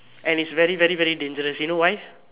and it's very very very dangerous you know why